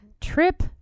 Trip